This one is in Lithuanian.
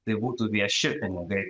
tai būtų vieši pinigai